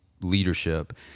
leadership